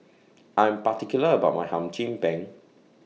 I'm particular about My Hum Chim Peng